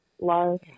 love